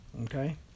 Okay